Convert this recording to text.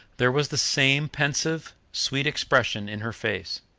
there was the same pensive, sweet expression in her face,